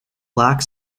black